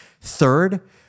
Third